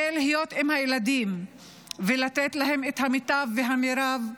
-- עם הילדים ולתת להם את המיטב והמרב,